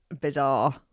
bizarre